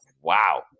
wow